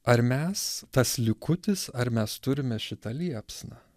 ar mes tas likutis ar mes turime šitą liepsną